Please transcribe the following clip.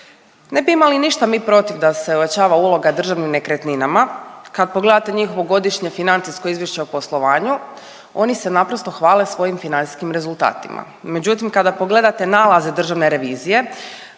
Ne bi imali ništa mi protiv da se ojačava uloga Državnim nekretninama. Kad pogledate njihovo godišnje financijsko izvješće o poslovanju, oni se naprosto hvale svojim financijskim rezultatima. Međutim kada pogledate nalaze Državne revizije